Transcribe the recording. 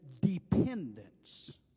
dependence